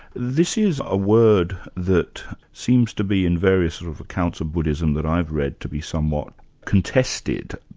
this is a word that seems to be in various sort of accounts of buddhism that i've read, to be somewhat contested.